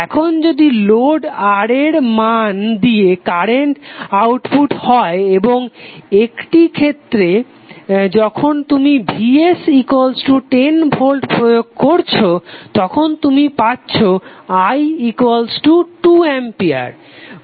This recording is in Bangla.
এখন যদি লোড R এর মধ্যে দিয়ে কারেন্ট আউটপুট হয় এবং একটি ক্ষেত্রে যখন তুমি vs10V প্রয়োগ করছো তখন তুমি পাচ্ছো i2 A